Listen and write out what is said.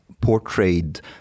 portrayed